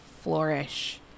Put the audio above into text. flourish